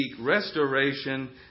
restoration